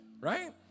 right